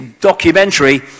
documentary